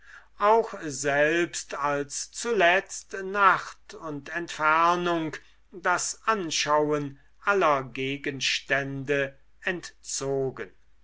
auch selbst als zuletzt nacht und entfernung das anschauen aller gegenstände entzogen